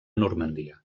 normandia